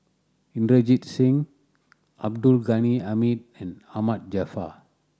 Inderjit Singh Abdul Ghani Hamid and Ahmad Jaafar